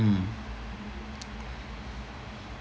mm